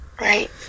right